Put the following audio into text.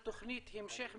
על תוכנית המשך,